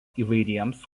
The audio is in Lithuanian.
įvairiems